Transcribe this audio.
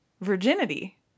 virginity